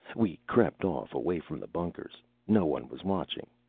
we crept off, away from the bunkers. no one was watching.